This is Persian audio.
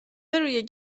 روی